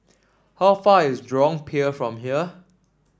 how far is Jurong Pier from here